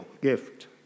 gift